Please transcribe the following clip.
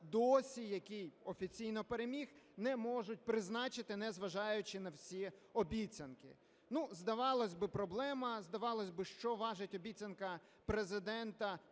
досі, який офіційно переміг, не можуть призначити, незважаючи на всі обіцянки. Здавалось би, проблема. Здавалось би, що важить обіцянка Президента